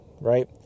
right